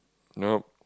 nope